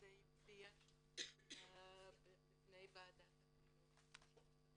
שזה יופיע לפני ועדת החינוך.